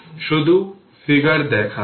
শুধু ফিগার দেখালাম